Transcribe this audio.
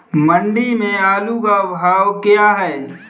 मंडी में आलू का भाव क्या है?